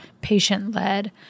patient-led